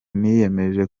niyemeje